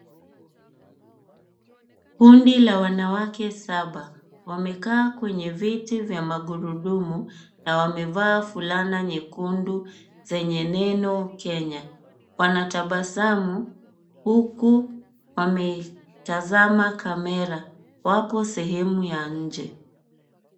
Kundi la wanawake saba wamekaa kwenye viti vya magurudumu na wamevaa fulana nyekundu zenye neno Kenya wanatabasamu huku wametazama kamera. Wapo sehemu ya nje.